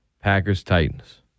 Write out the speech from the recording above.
Packers-Titans